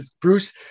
Bruce